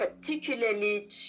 Particularly